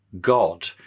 God